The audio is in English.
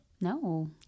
no